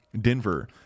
Denver